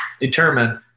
determine